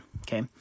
Okay